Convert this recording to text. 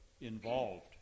involved